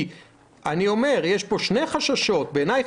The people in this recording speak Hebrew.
יש פה שני חששות בעיניי,